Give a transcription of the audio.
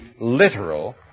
literal